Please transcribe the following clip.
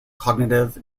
cognitive